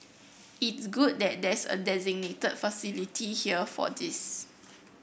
it's good that there's a designated facility here for this